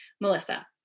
Melissa